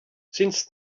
since